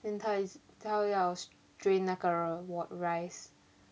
then 她她要 strain 那个 rice